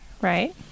right